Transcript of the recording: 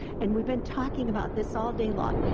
and we've been talking about this all day long,